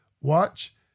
watch